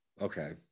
okay